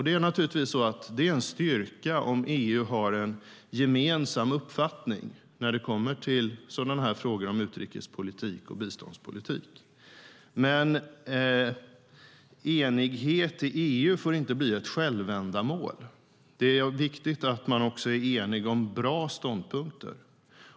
Det är naturligtvis en styrka om EU har en gemensam uppfattning i frågor om utrikespolitik och biståndspolitik. Men enighet i EU får inte bli ett självändamål. Det är viktigt att man också är enig om bra ståndpunkter.